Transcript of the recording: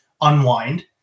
unwind